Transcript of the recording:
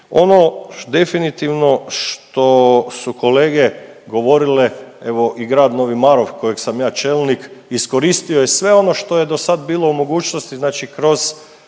što su kolege govorile, evo i Grad Novi Marof kojeg sam ja čelnik iskoristio je sve ono što je do sad bilo u mogućnosti kroz